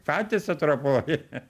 patys atropoja